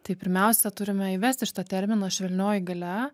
tai pirmiausia turime įvesti šitą terminą švelnioji galia